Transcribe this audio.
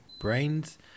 Brains